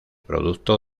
producto